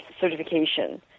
certification